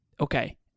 okay